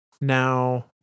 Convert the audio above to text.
Now